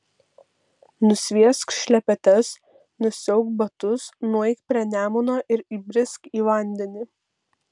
nusviesk šlepetes nusiauk batus nueik prie nemuno ir įbrisk į vandenį